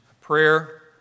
prayer